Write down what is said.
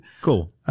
Cool